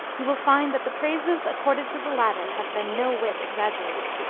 you will find that the praises accorded to the latter have been no whit exaggerated.